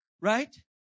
right